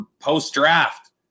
post-draft